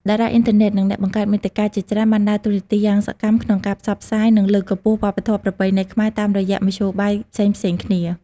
តារាអុីនធឺណិត និងអ្នកបង្កើតមាតិកាជាច្រើនបានដើរតួនាទីយ៉ាងសកម្មក្នុងការផ្សព្វផ្សាយ និងលើកកម្ពស់វប្បធម៌ប្រពៃណីខ្មែរតាមរយៈមធ្យោបាយផ្សេងៗគ្នា។